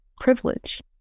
privilege